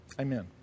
Amen